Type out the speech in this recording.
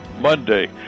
Monday